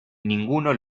ninguno